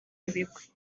ibigwi